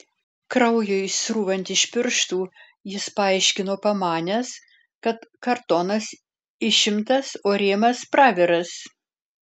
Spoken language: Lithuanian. kraujui srūvant iš pirštų jis paaiškino pamanęs kad kartonas išimtas o rėmas praviras